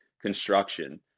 construction